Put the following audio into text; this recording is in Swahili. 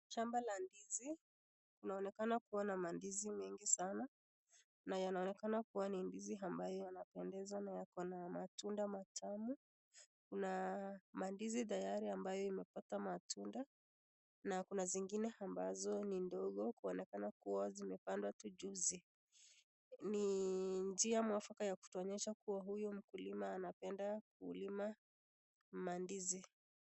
Shamba la ndizi, inaonekana kuwa na mandzi mengi sana na yanaonekana kuwa ni ndizi yaanapemdeza na yako na matunda matamu, kuna mandizi tayari imepata matunda na kuna zingine ambazo ni ndogo luonekana kuwa zimepandwa tu juzi, ni njia mwafaka ya kutuonyesha kuwa huyu mkulima anapenda kulima mandizi.